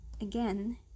again